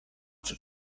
czy